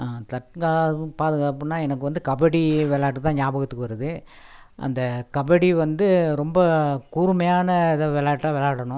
தற்காப்பு பாதுகாப்புன்னா எனக்கு வந்து கபடி விளாட்டுதான் ஞாபகத்துக்கு வருது அந்த கபடி விளாட்டுதான்வந்து ரொம்ப கூர்மையான இது விளாட்டா விளாடுணும்